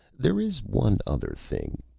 there is one other thing.